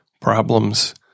problems